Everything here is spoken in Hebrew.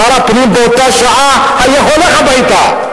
שר הפנים באותה שעה היה הולך הביתה.